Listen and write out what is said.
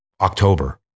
October